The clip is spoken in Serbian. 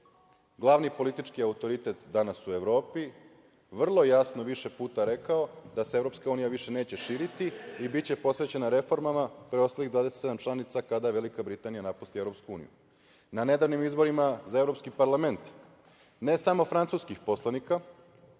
glavni politički autoritet danas u Evropi, vrlo je jasno više puta rekao da se EU više neće širiti i biće posvećena reformama preostalih 27 članica kada Velika Britanija napusti EU.Na nedavnim izborima za Evropski parlament, ne samo francuskih poslanika,